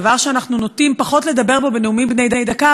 דבר שאנחנו נוטים פחות לדבר בו בנאומים בני דקה,